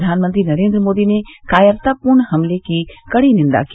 प्रधानमंत्री नरेंद्र मोदी ने कायरतापूर्ण हमले की कड़ी निंदा की